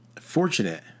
fortunate